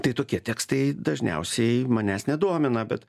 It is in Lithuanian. tai tokie tekstai dažniausiai manęs nedomina bet